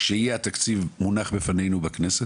כשיהיה התקציב מונח לפנינו בכנסת,